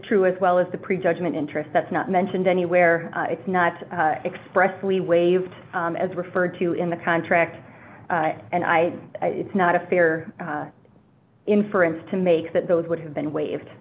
true as well as the pre judgment interest that's not mentioned anywhere it's not expressly waived as referred to in the contract and i it's not a fair inference to make that those would have been waived